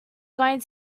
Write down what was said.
going